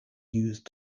used